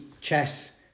chess